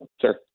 Sure